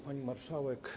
Pani Marszałek!